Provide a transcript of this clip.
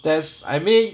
there's I mean